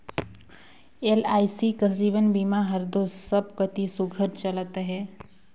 LIC कस जीवन बीमा हर दो सब कती सुग्घर चलत अहे